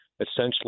essentially